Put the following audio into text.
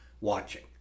Watching